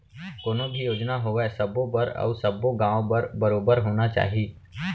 कोनो भी योजना होवय सबो बर अउ सब्बो गॉंव बर बरोबर होना चाही